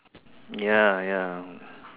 ya ya